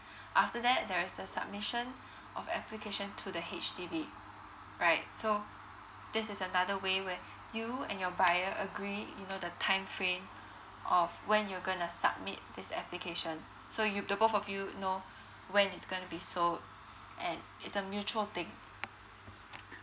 after that there is the submission of application to the H_D_B right so this is another way where you and your buyer agree you know the time frame of when you're gonna submit this application so you the both of you know when it's gonna be sold and it's a mutual thing